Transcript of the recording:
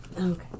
Okay